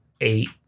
eight